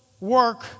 work